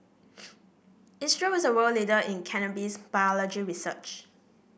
Israel is a world leader in cannabis biology research